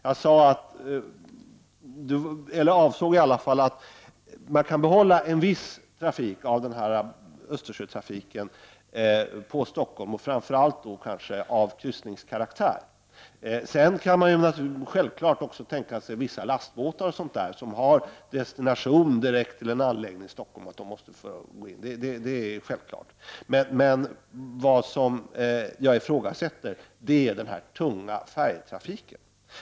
Jag avsåg att man skall behålla en viss del av Östersjötrafiken på Stockholm, framför allt då kanske trafik av kryssningskaraktär. Man kan självfallet även tänka sig att vissa lastbåtar som har destination direkt till en anläggning i Stockholm måste få gå in. Det är självklart. Men jag ifrågasätter den tunga färjetrafiken.